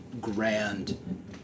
grand